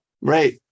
Right